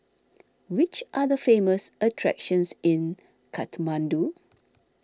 which are the famous attractions in Kathmandu